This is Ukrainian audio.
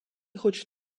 хоч